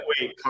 wait